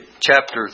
chapter